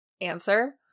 answer